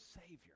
Savior